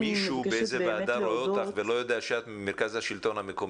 אם מישהו באיזו ועדה רואה אותך ולא יודע שאת ממרכז השלטון המקומי,